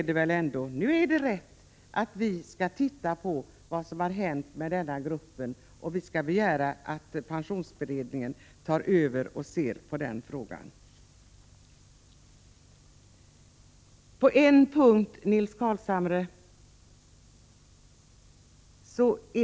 Det är riktigt att vi skall se vad som har hänt med denna grupp - vi skall begära att pensionsberedningen tar över frågan och undersöker hur det förhåller sig.